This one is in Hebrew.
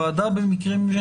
הוועדה במקרים,